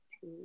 two